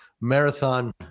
marathon